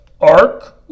Ark